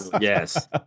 yes